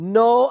no